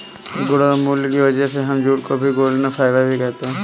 गुण और मूल्य की वजह से हम जूट को गोल्डन फाइबर भी कहते है